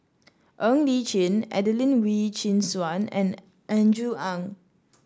Ng Li Chin Adelene Wee Chin Suan and Andrew Ang